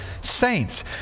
saints